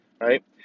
right